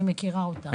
אני מכירה אותה.